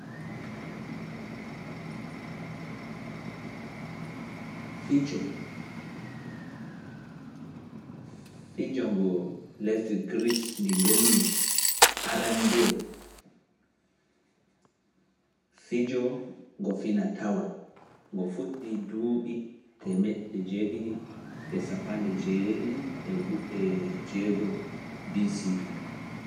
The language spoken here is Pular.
Fijo, fijo ngo lesdi Greece ndi ndenno aranndewo, fijo ngo fina-tawa ngo fuɗɗii duuɓi teemeɗɗe jeeɗiɗi e sappanɗe joweeɗiɗi e jeego'o BCE.